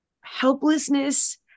helplessness